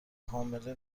حامله